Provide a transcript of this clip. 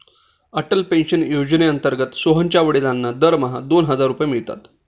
Atal pension योजनेअंतर्गत सोहनच्या वडिलांना दरमहा दोन हजार रुपये मिळतात